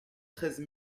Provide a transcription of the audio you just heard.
treize